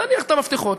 אז תניח את המפתחות,